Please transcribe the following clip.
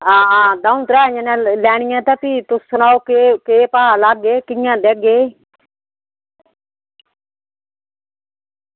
आं दौं त्रैऽ जनें लैनी ऐ ते भी तुस सनाओ केह् भाऽ लागै कियां देगे